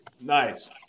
Nice